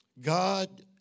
God